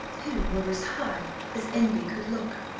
who were as high as envy could look?